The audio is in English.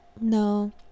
No